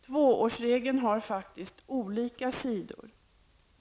Två-årsregeln har olika sidor.